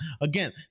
again